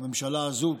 בממשלה הזאת,